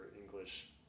English